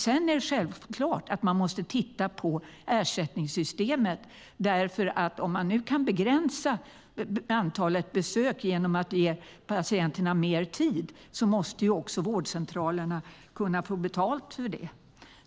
Sedan är det självklart att man måste titta på ersättningssystemet, för om man nu kan begränsa antalet besök genom att ge patienterna mer tid måste vårdcentralerna också kunna få betalt för det.